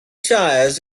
tyres